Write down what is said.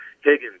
Higgins